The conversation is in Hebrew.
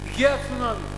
הגיע צונאמי,